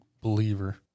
believer